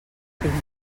pinta